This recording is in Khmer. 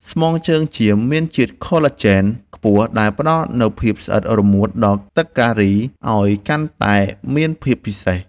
ស្មងជើងចៀមមានជាតិខូឡាជែនខ្ពស់ដែលផ្តល់នូវភាពស្អិតរមួតដល់ទឹកការីឱ្យកាន់តែមានភាពពិសេស។